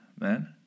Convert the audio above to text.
man